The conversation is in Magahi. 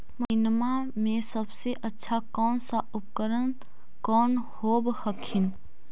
मसिनमा मे सबसे अच्छा कौन सा उपकरण कौन होब हखिन?